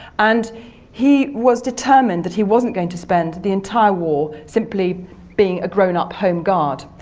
and he was determined that he wasn't going to spend the entire war simply being a grown-up home guard.